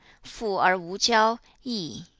fu er wu jiao, yi.